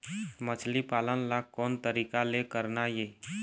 मछली पालन ला कोन तरीका ले करना ये?